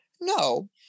No